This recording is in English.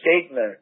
statement